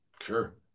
Sure